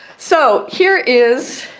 so here is